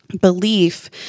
belief